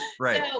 Right